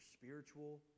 spiritual